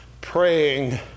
praying